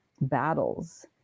battles